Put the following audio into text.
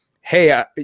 hey